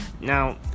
Now